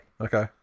Okay